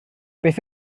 beth